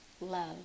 love